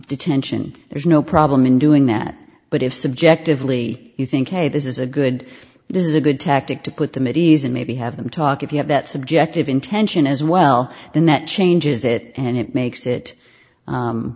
detention there's no problem in doing that but if subjectively you think hey this is a good this is a good tactic to put the middies in maybe have them talk if you have that subjective intention as well then that changes it and it makes it u